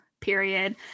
period